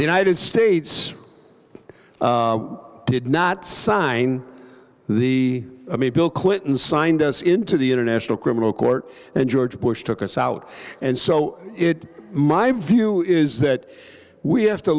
the united states did not sign the bill clinton signed us into the international criminal court and george bush took us out and so it my view is that we have to